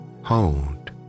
hold